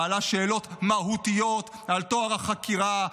מעלה שאלות מהותיות על טוהר החקירה,